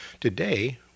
Today